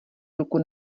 ruku